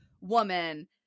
woman